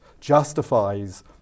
justifies